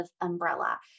umbrella